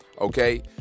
okay